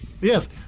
Yes